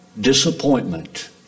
disappointment